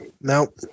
no